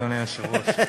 אדוני היושב-ראש.